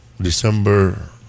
December